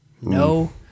No